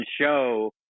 show